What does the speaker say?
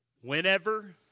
whenever